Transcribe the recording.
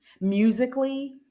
musically